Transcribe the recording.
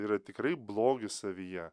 yra tikrai blogis savyje